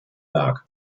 lag